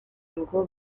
ngo